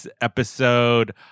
episode